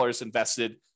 invested